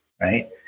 right